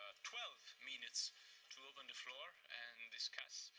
ah twelve minutes to open the floor and discuss.